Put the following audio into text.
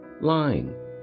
Lying